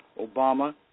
Obama